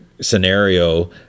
scenario